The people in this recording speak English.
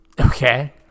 Okay